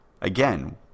Again